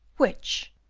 which?